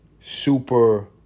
super